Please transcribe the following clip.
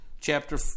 chapter